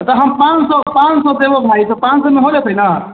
तऽ हम पाँच सए पाँच सए देबौ भाय पाँच सएमे हो जेतै ने